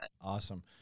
Awesome